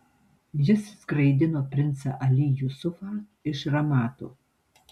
jis skraidino princą ali jusufą iš ramato